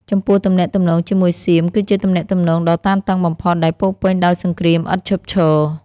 ចំពោះទំនាក់ទំនងជាមួយសៀម គឺជាទំនាក់ទំនងដ៏តានតឹងបំផុត ដែលពោរពេញដោយសង្គ្រាមឥតឈប់ឈរ។